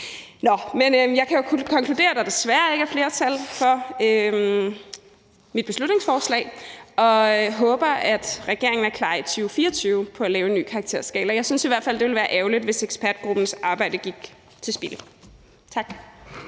Jeg kan jo konkludere, at der desværre ikke er flertal for mit beslutningsforslag, men jeg håber, at regeringen er klar i 2024 på at lave en ny karakterskala. Jeg synes i hvert fald, det ville være ærgerligt, hvis ekspertgruppens arbejde gik til spilde.